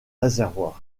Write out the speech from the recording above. réservoirs